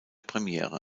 premiere